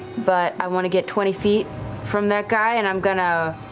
but i want to get twenty feet from that guy and i'm going to,